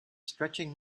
stretching